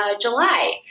July